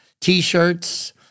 T-shirts